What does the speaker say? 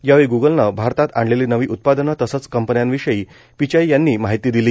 यावेळी ग्गलने भारतात आणलेली नवी उत्पादनं तसंच कंपन्यांविषयी पिचाई यांनी माहिती दिली